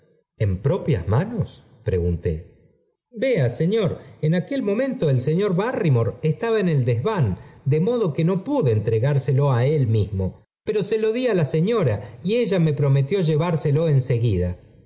en propias manos pregunté m vea señor en aquel momento el señor ba estaba en el desván de modo que no entregárselo á él mismo pero se lo di á la y ella me prometió llevárselo en seguida